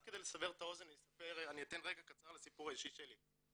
רק כדי לסבר את האוזן אני אתן רקע קצר לסיפור האישי שלי.